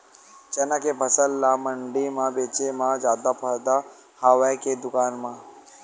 चना के फसल ल मंडी म बेचे म जादा फ़ायदा हवय के दुकान म?